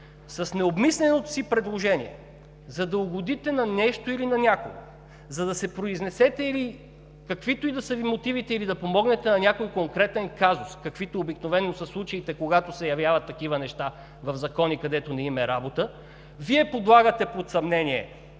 С необмисленото си предложение, за да угодите на нещо или на някого, за да се произнесете или каквито и да са Ви мотивите, или да помогнете на някой конкретен казус, каквито обикновено са случаите, когато се явяват такива неща в закони, където не им е мястото, Вие подлагате под съмнение